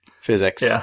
physics